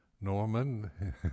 Norman